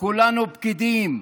כולנו פקידים.